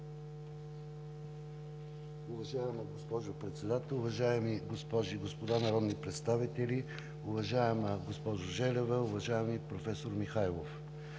Уважаема госпожо Председател, уважаеми госпожи и господа народни представители, уважаема госпожо Желева, уважаеми професор Михайлов!